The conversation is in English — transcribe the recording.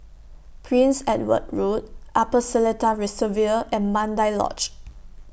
Prince Edward Road Upper Seletar Reservoir and Mandai Lodge